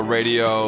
Radio